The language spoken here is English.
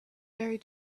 very